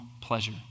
pleasure